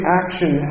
action